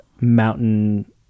mountain